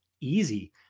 Easy